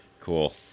Cool